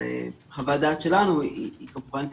וחוות הדעת שלנו היא כמובן תקבל,